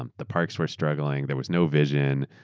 um the parks were struggling, there was no vision,